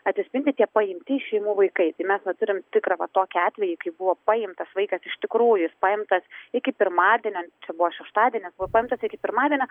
atsispindi tie paimti iš šeimų vaikai tai mes vat turim tikrą vat tokį atvejį kai buvo paimtas vaikas iš tikrųjų jis paimtas iki pirmadienio buvo šeštadienis buvo paimtas iki pirmadienio